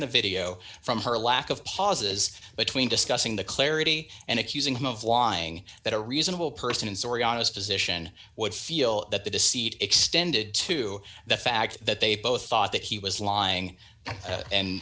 the video from her lack of pauses between discussing the clarity and accusing him of lying that a reasonable person in soriano's position would feel that the deceit extended to the fact that they both thought that he was lying and